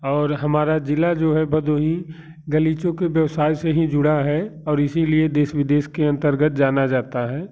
और हमारा जिला जो है भदोही गलीचों के व्यवसाय से ही जुड़ा है और इसीलिए देश विदेश के अन्तर्गत जाना जाता है